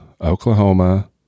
Oklahoma